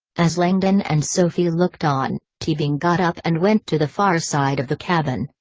as langdon and sophie looked on, teabing got up and went to the far side of the cabin,